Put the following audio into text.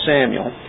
Samuel